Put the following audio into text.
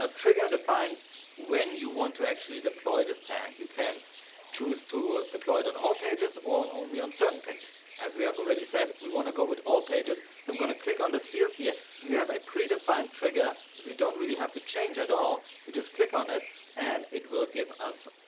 um trigger defines when you want to actually deploy this tag. you can choose to deploy it on all pages, on only on certain pages. as we have already said, we want to go with all pages. so i'm going to click on this field here and we have a predefined trigger. if we don't really have to change at all, we just click on it and it will give us,